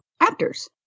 actors